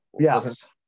yes